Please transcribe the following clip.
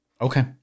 Okay